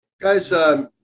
guys